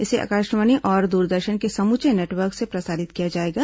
इसे आकाशवाणी और दूरदर्शन के समूचे नेटवर्क से प्रसारित किया जाएगा